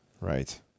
Right